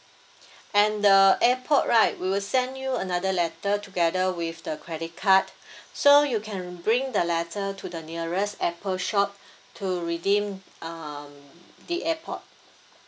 and the airpod right we will send you another letter together with the credit card so you can bring the letter to the nearest apple shop to redeem um the airpod